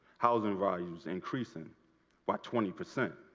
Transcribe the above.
housing values increasing by twenty percent.